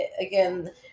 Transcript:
again